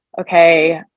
okay